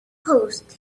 post